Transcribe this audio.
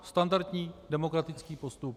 Standardní demokratický postup.